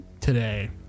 today